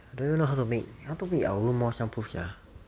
I don't know how to make how to make our room more soundproof sia